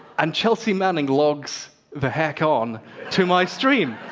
and chelsea manning logs the heck on to my stream,